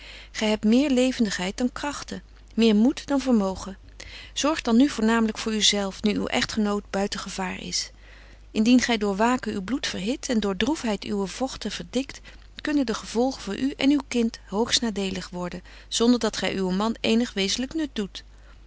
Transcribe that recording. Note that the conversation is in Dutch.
gy hebt méér levendigheid dan kragten méér moed dan vermogen zorg dan nu voornamenlyk voor u zelf nu uw echtgenoot buiten gevaar is indien gy door waken uw bloed verhit en door droefheid uwe vogten verdikt kunnen de gevolgen voor u en uw kind hoogstnadelig worden zonder dat gy uwen man eenig wezenlyk nut doet